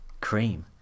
cream